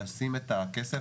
לשים את הכסף,